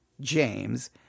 James